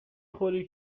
خوری